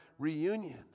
Reunions